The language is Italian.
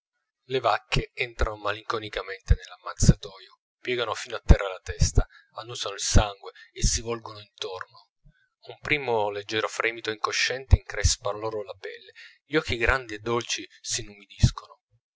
le vacche entrano malinconicamente nell'ammazzatoio piegano fino a terra la testa annusano il sangue e si volgono intorno un primo leggero fremito inconsciente increspa loro la pelle gli occhi grandi e dolci s'inumidiscono